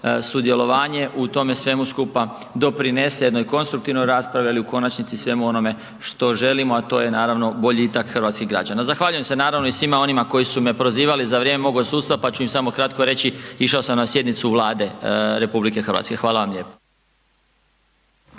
sudjelovanje u tome svemu skupa doprinese jednoj konstruktivnoj raspravi, ali u konačnici i svemu onome što želimo, a to je naravno boljitak hrvatskih građana. Zahvaljujem se naravno i svima onima koji su me prozivali za vrijeme mog odsustva, pa ću ima samo kratko reći išao sam na sjednicu Vlade RH. Hvala.